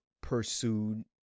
pursued